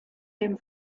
dem